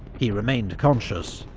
he remained conscious,